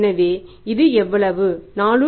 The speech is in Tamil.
எனவே இது எவ்வளவு 4